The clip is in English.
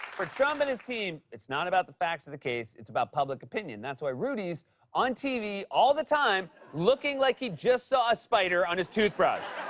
for trump and his team, it's not about the facts of the case. it's about public opinion. that's why rudy's on tv all the time looking like he just saw a spider on his toothbrush.